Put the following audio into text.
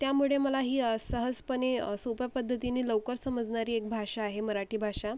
त्यामुळे मला ही सहजपणे सोप्या पद्धतीने लवकर समजणारी एक भाषा आहे मराठी भाषा